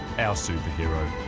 our superhero,